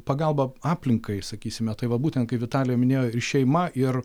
pagalba aplinkai sakysime tai va būtent kai vitalija minėjo ir šeima ir